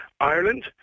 Ireland